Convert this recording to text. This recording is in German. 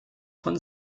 von